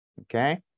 Okay